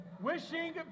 Wishing